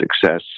success